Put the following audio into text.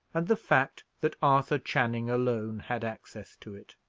and the fact that arthur channing alone had access to it.